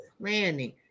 planning